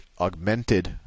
augmented